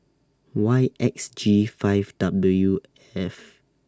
Y X G five W F